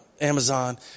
Amazon